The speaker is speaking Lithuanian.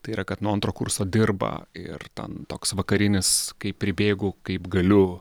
tai yra kad nuo antro kurso dirba ir ten toks vakarinis kai pribėgu kaip galiu